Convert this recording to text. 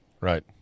Right